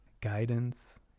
guidance